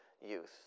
youth